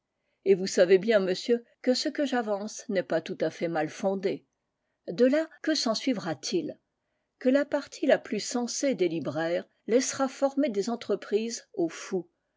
et vous savez bien monsieur que ce que j'avance n'est pas tout à fait mal fondé de là que sensuivra t il que la partie la plus sensée des libraires laissera former des entreprises aux fous